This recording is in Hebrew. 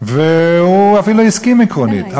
והוא אפילו הסכים עקרונית,